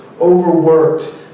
overworked